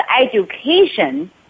education